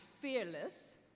fearless